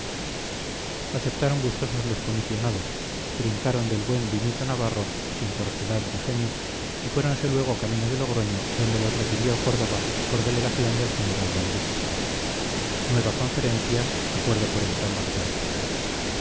aceptaron gustosos los comisionados trincaron del buen vinito navarro sin cortedad de genio y fuéronse luego camino de logroño donde les recibió córdoba por delegación del general valdés nueva conferencia acuerdo por entrambas partes